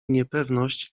niepewność